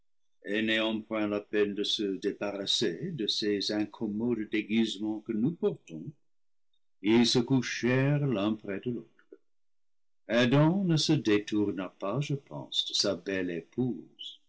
la peine de se débarrasser de ces incommodes déguisements que nous portons ils se couchèrent l'un près de l'autre adam ne se détourna pas je pense de sa belle épouse